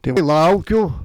tai laukiu